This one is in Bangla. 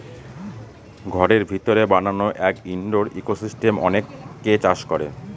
ঘরের ভিতরে বানানো এক ইনডোর ইকোসিস্টেম অনেকে চাষ করে